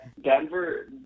Denver